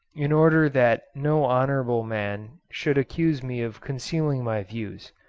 in order that no honourable man should accuse me of concealing my views,